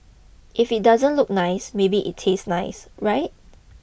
if it doesn't look nice maybe it'll taste nice right